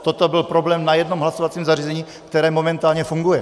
Toto byl problém na jednom hlasovacím zařízení, které momentálně funguje.